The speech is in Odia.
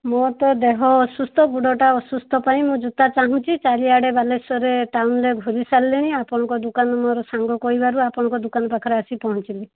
ମୋର ତ ଦେହ ଅସୁସ୍ଥ ଗୋଡ଼ଟା ଅସୁସ୍ଥ ପାଇଁ ମୁଁ ଜୋତା ଚାହୁଁଛି ଚାରିଆଡ଼େ ବାଲେଶ୍ଵରରେ ଟାଉନରେ ଘୁରି ସାରିଲିଣି ଆଉ ଆପଣଙ୍କ ଦୋକାନରୁ ମୋର ସାଙ୍ଗ କହିବାରୁ ଆପଣଙ୍କ ଦୋକାନ ପାଖରେ ଆସି ପହଞ୍ଚିଲି